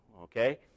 okay